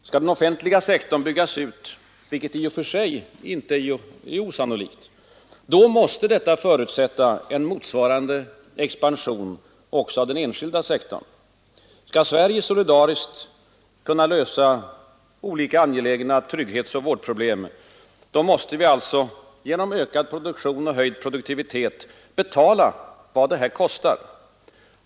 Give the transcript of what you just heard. Skall den offentliga sektorn byggas ut — vilket i och för sig inte är osannolikt — måste detta förutsätta en motsvarande expansion också av den enskilda sektorn. Skall vi i Sverige solidariskt kunna lösa olika, angelägna trygghetsoch vårdproblem, då måste vi alltså genom ökad produktion och höjd produktivitet betala vad detta kostar.